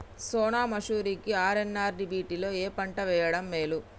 సోనా మాషురి కి ఆర్.ఎన్.ఆర్ వీటిలో ఏ పంట వెయ్యడం మేలు?